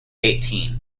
eighteen